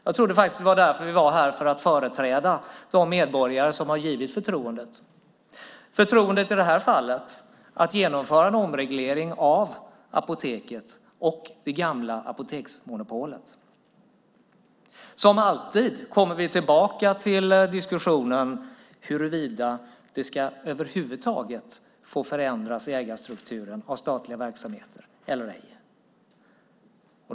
Jag trodde att vi var här för att företräda de medborgare som har givit oss förtroendet. Det är i det här fallet förtroendet att genomföra en omreglering av Apoteket och det gamla apoteksmonopolet. Som alltid kommer vi tillbaka till diskussionen huruvida ägarstrukturen i statliga verksamheter över huvud taget får förändras eller ej.